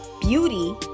beauty